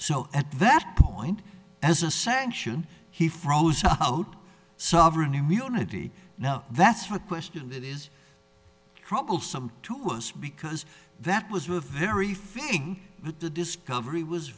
so at that point as a sanction he froze out sovereign immunity now that's my question that is troublesome to us because that was were very fitting with the discovery was